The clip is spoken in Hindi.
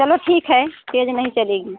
चलो ठीक है तेज़ नहीं चलेगी